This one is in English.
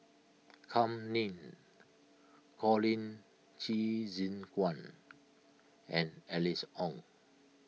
Kam Ning Colin Qi Zhe Quan and Alice Ong